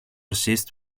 cysts